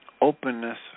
openness